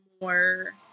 more